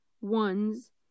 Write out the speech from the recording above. ones